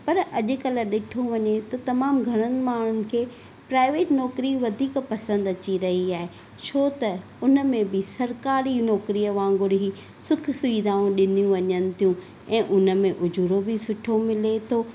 पर अॼुकल्ह ॾिठो वञे त तमामु घणनि माण्हुनि खे प्राइवेट नौकिरी वधीक पसंदि अची रही आहे छो त हुन में बि सरकारी नौकिरीअ वांगुरु ही सुख सुविधाऊं ॾिनी वञनि थियूं ऐं हुन में उजूरो बि सुठो मिले थो